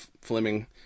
Fleming